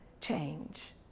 change